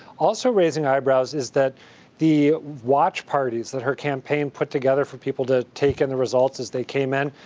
also raising eyebrows is that the watch parties that her campaign put together for people to take in the results as they came in,